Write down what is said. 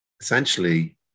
essentially